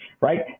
right